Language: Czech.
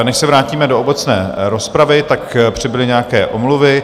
Než se vrátíme do obecné rozpravy, tak přibyly nějaké omluvy.